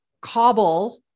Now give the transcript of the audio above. cobble